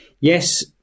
Yes